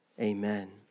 Amen